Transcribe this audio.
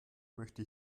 möchte